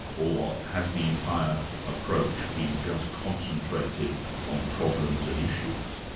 or has the entire approach been just concentrated on problems and issues?